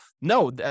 no